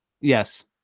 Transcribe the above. yes